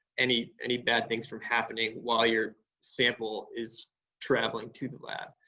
any any bad things from happening while you're sample is traveling to the lab.